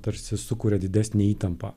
tarsi sukuria didesnę įtampą